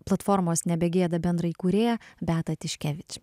platformos nebegėda bendraįkūrėja beata tiškevič